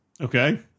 Okay